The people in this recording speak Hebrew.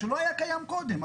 שלא היה קיים קודם,